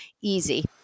easy